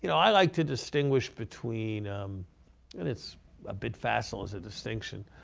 you know i like to distinguish between and it's a bit facile as a distinction,